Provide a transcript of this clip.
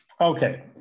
Okay